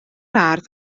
ardd